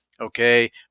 okay